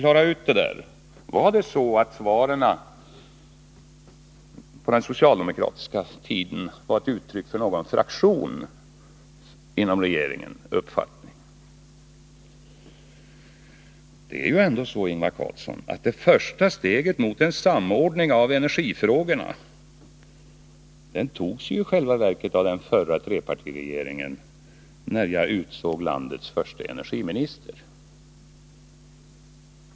Jag skulle vilja ha klarhet i om de svar som lämnades på den socialdemokratiska tiden var uttryck för uppfattningar som hystes av någon fraktion inom regeringen. i Det är ju i själva verket så, Ingvar Carlsson, att det första steget mot en samordning av energifrågorna togs av den förutvarande trepartiregeringen i och med att jag utsåg landets förste energiminister.